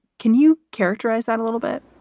can you characterize that a little bit?